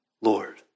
Lord